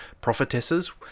prophetesses